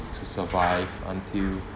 to survive until